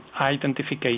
identification